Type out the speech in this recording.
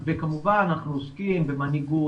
כמובן אנחנו עוסקים במנהיגות,